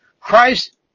Christ